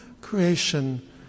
creation